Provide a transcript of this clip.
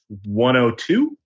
102